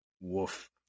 Woof